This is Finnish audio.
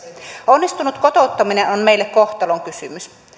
onnistunut kotouttaminen on meille kohtalonkysymys